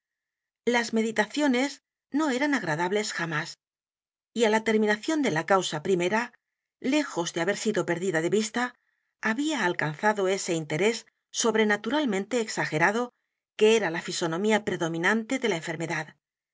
las meditaciones no eran agradables jamás y á la terminación de la causa primera lejos de haber sido perdida de vista había alcanzado ese interés sobrenaturalmente e x a g e r a d o que era la fisonomía predominante de la enfermedad